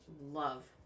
love